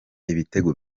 ibitego